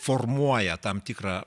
formuoja tam tikrą